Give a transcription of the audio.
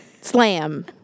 Slam